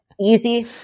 Easy